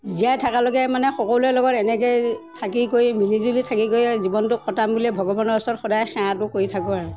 জীয়াই থাকালৈকে মানে সকলোৰে লগত এনেকৈয়ে থাকি কৰি মিলিজুলি থাকি কৰি আৰু জীৱনটো কটাম বুলিয়ে ভগৱানৰ ওচৰত সদায় সেৱাটো কৰি থাকোঁ আৰু